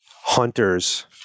hunters